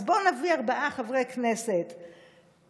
אז בואו נביא ארבעה חברי כנסת מהליכוד,